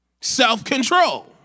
Self-control